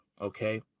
Okay